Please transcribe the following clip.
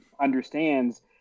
understands